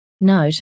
Note